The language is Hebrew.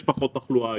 יש פחות תחלואה היום,